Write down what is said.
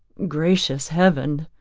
gracious heaven!